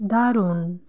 দারুণ